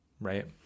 right